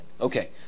Okay